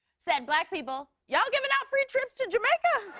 said black people y'all giving pout free trips to jamaica